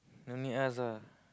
no need ask ah